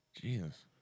Jesus